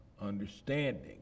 understanding